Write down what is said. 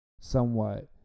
somewhat